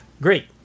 Great